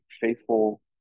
faithful